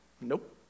Nope